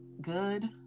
good